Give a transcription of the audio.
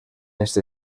este